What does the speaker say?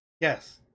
Yes